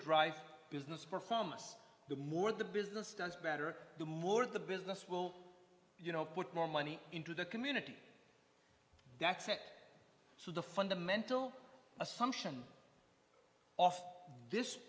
drive business performance the more the business does better the more the business will you know put more money into the community that's set so the fundamental assumption of this